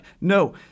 No